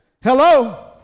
Hello